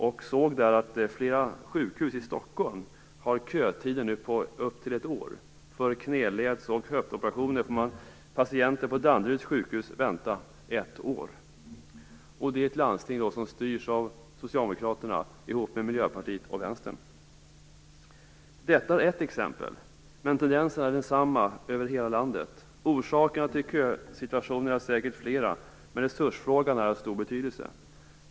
Där stod det att flera sjukhus i Stockholm har kötider på upp till ett år. Patienter på Danderyds sjukhus får vänta på knäleds och höftoperationer i ett år. Det är alltså ett landsting som styrs av Detta är ett exempel. Men tendensen är densamma över hela landet. Orsakerna till kösituationerna är säkert flera, men resursfrågan är av stor betydelse.